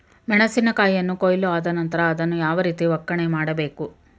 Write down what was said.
ಮೆಣಸಿನ ಕಾಯಿಯನ್ನು ಕೊಯ್ಲು ಆದ ನಂತರ ಅದನ್ನು ಯಾವ ರೀತಿ ಒಕ್ಕಣೆ ಮಾಡಬೇಕು?